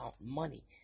money